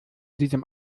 diesem